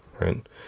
right